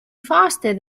faster